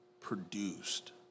produced